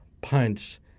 punch